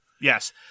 Yes